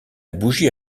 bougie